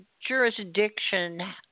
jurisdiction